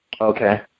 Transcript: Okay